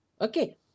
Okay